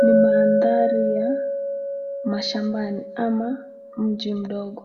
Ni mahadhari ya mashambani ama mji mdogo.